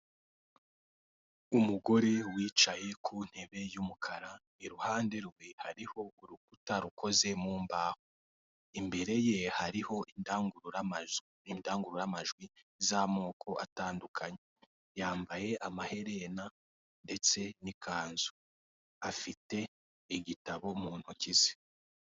Umugore wicaye ku ntebe y'umukara iruhande rwe hariho urukuta rukoze mu mbaho, imbere ye hariho indangururajwi, indangururamajwi z'amoko atandukanye. Yambaye amaherena ndetse n'ikanzu, afite igitabo mu ntoki ze.